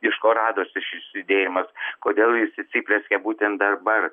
iš ko radosi šis judėjimas kodėl jis įsiplieskė būtent dabar